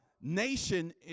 nation